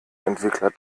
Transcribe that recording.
entwickler